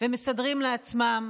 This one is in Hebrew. ומסדרים לעצמם